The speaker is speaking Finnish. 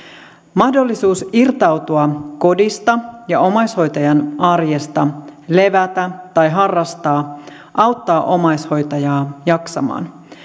mahdollisuus irtautua kodista ja omaishoitajan arjesta levätä tai harrastaa auttaa omaishoitajaa jaksamaan